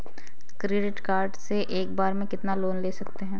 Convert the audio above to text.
Credit card से एक बार में कितना लोन ले सकते हैं?